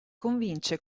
convince